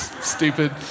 stupid